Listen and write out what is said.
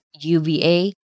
UVA